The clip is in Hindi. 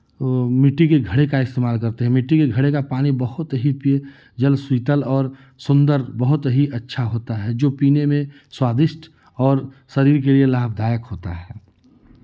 वो मिट्टी के घड़े का इस्तेमाल करते हैं मिट्टी के घड़े का पानी बहुत ही जल शीतल और सुंदर बहुत ही अच्छा होता है जो पीने में स्वादिष्ट और शरीर के लिये लाभदायक होता है